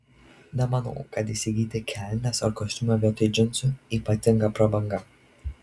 nemanau kad įsigyti kelnes ar kostiumą vietoj džinsų ypatinga prabanga